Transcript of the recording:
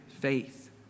faith